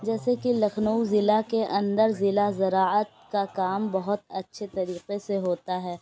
جیسے کہ لکھنؤ ضلع کے اندر ضلع زراعت کا کام بہت اچھے طریقے سے ہوتا ہے